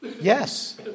Yes